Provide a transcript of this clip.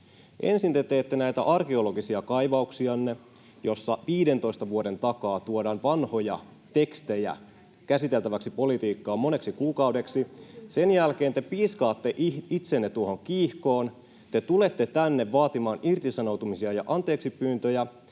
Ensin te teette näitä arkeologisia kaivauksianne, joissa 15 vuoden takaa tuodaan vanhoja tekstejä käsiteltäväksi politiikkaan moneksi kuukaudeksi. Sen jälkeen te piiskaatte itsenne tuohon kiihkoon, te tulette tänne vaatimaan irtisanoutumisia ja anteeksipyyntöjä,